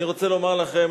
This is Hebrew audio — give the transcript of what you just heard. אני רוצה לומר לכם,